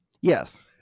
Yes